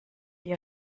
ihr